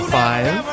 five